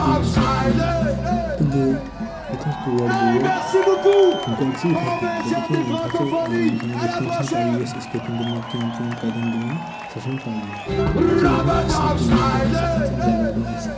تِم ہَسا تُلۍ تہٕ گٔے یُتھ أسۍ تور وٲتۍ گۄڈٕ چھِ یِتھٕے کٔنۍ دوٚپُکھ ہے وۅنۍ کھَسو آرام سان یِتھٕ کٔنۍ چھِ نہٕ پَیی اَسہِ أسۍ کَتٮ۪ن دِمو کیمپ ویمپ کَتٮ۪ن دِمو سۄ چھَنہٕ پَیی دوٚپُکھ ہے ییٚتٮ۪ن اَصٕل چیٖز باسہِ اَصٕل جگہ باسہِ